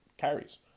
carries